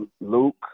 Luke